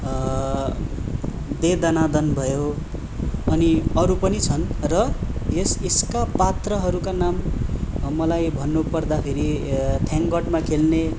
they दना दन भयो अनि अरू पनि छन् र यस यसका पात्रहरूका नाम मलाई भन्नुपर्दाखेरि थ्याङ्क गडमा खेल्ने